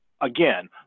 again